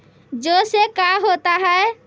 जौ से का होता है?